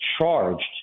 charged